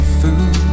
food